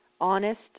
honest